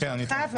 ברשותך,